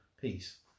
peace